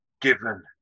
given